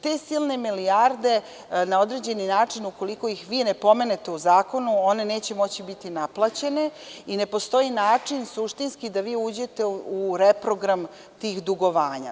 Te silne milijarde na određeni način, ukoliko ih vi ne pomenete u zakonu, neće moći biti naplaćene i ne postoji način suštinski da vi uđete u reprogram tih dugovanja.